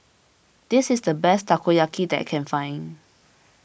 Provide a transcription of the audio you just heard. this is the best Takoyaki that I can find